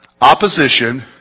Opposition